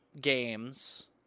games